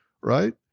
right